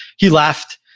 he laughed,